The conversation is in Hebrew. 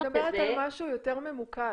אבל אני מדברת על משהו יותר ממוקד.